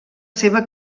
seva